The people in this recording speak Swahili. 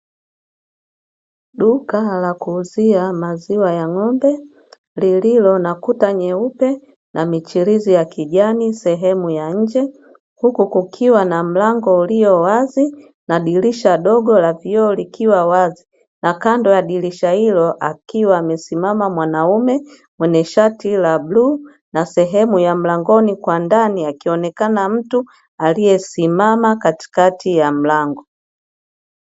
Duka la kuuzia maziwa ya ng'ombe, lililo na kuta nyeupe na michirizi ya kijani sehemu ya nje, huku kukiwa na mlango ulio wazi na dirisha dogo la vioo likiwa wazi na kando ya dirisha hilo akiwa amesimama mwanaume mwenye shati la bluu, na sehemu ya mlangoni kwa ndani akionekana mtu aliyesimama katikati ya mlango.